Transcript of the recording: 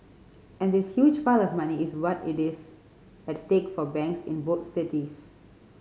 and this huge pile of money is what is at stake for banks in both cities